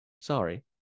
sorry